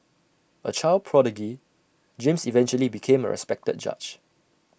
A child prodigy James eventually became A respected judge